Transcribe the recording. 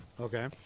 Okay